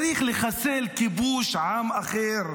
צריך לחסל כיבוש עם אחר.